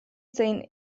zein